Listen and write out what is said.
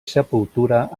sepultura